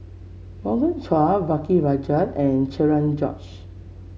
Morgan Chua V K Rajah and Cherian George